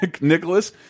Nicholas